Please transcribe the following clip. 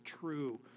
true